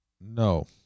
No